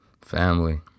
family